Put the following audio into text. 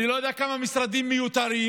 אני לא יודע כמה משרדים מיותרים,